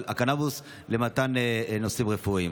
אבל קנביס לנושאים רפואיים.